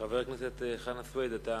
חבר הכנסת חנא סוייד, אתה